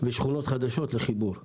ושכונות חדשות לחיבור לגז.